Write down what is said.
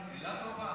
שאלה טובה.